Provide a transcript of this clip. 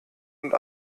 und